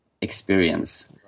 experience